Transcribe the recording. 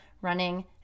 running